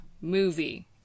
movie